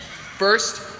first